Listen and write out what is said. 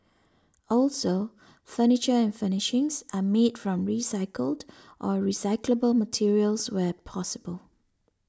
also furniture and furnishings are made from recycled or recyclable materials where possible